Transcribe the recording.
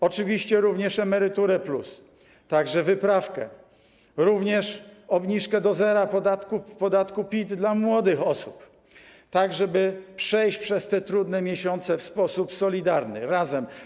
Oczywiście utrzymujemy również emeryturę+, także wyprawkę, również obniżkę do zera w podatku PIT dla młodych osób, tak żeby przejść przez te trudne miesiące w sposób solidarny, razem.